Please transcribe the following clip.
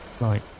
Right